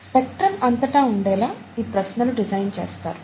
spectrum అంతటా ఉండేలా ఈ ప్రశ్నలు డిజైన్ చేస్తారు